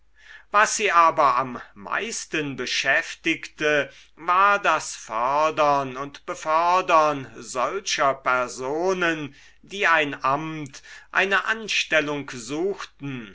was sie aber am meisten beschäftigte war das fördern und befördern solcher personen die ein amt eine anstellung suchten